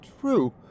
true